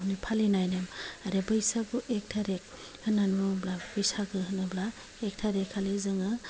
फालिनाय दं आरो बैसागु एक तारिक होन्नानै बुङोब्ला बैसागु होनोब्ला एक तारिक खालि जोङो